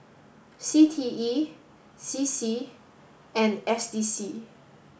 C T E C C and S D C